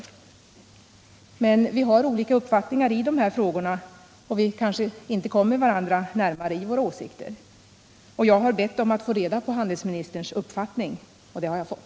Handelsministern och jag har olika uppfattningar i dessa frågor, och vi kanske inte kommer varandra närmare i våra åsikter. Jag har bett att få reda på handelsministerns uppfattning, och det har jag fått.